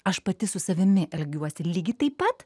aš pati su savimi elgiuosi lygiai taip pat